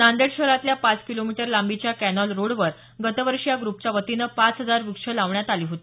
नांदेड शहरातल्या पाच किलोमीटर लांबीच्या कॅनॉल रोडवर गतवर्षी या ग्रुपच्या वतीनं पाच हजार वृक्ष लावण्यात आले होते